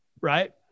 right